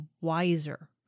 wiser